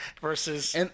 versus